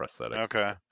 Okay